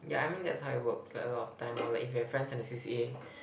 ya I mean that's how it works like a lot of time lor like if you have friends in the C_C_A